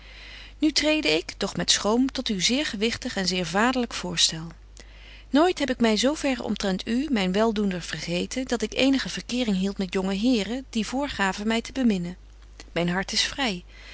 nu trede ik doch met schroom tot uw zeer gewigtig en zeer vaderlyk voorstel nooit heb ik my zo verre omtrent u myn weldoender vergeten dat ik eenige verkering hield met jonge heren die voorgaven my te beminnen myn hart is vry